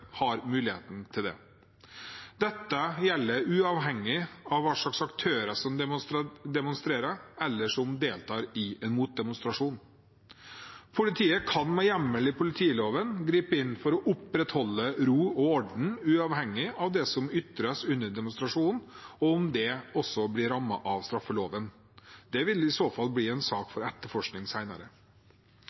har muligheten til det. Dette gjelder uavhengig av hvilke aktører som demonstrerer, eller som deltar i en motdemonstrasjon. Politiet kan, med hjemmel i politiloven, gripe inn for å opprettholde ro og orden uavhengig av det som ytres under demonstrasjonen, og uavhengig av om det også blir rammet av straffeloven. Det vil i så fall bli en sak for etterforskning